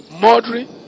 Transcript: murdering